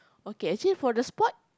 okay actually for the sport